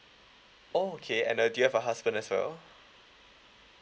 oh okay and uh do you have a husband as well